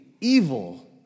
evil